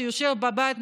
שיושב בבית,